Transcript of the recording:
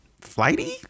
flighty